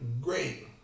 Great